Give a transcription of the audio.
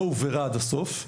לא הובהרה עד הסוף,